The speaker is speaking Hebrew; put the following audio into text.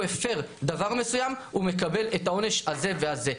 הפר דבר מסוים הוא מקבל את העונש הזה והזה.